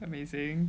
amazing